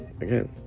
again